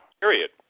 Period